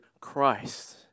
Christ